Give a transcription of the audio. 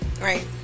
Right